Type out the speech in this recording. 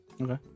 Okay